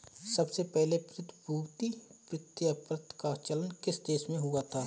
सबसे पहले प्रतिभूति प्रतिज्ञापत्र का चलन किस देश में हुआ था?